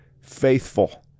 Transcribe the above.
faithful